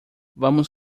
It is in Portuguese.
vamos